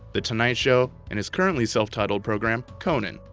the tonight show, and his currently self-titled program, conan.